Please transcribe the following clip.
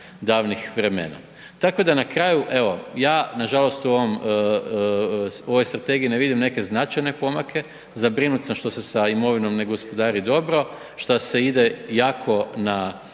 davnih vremena. Tako da na kraju, evo, ja nažalost u ovom, u ovoj strategiji ne vidim neke značajne pomake. Zabrinut sam što se sa imovinom ne gospodari dobro, što se ide jako na